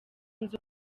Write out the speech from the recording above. nzi